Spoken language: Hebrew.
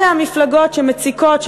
אלה המפלגות שמציקות,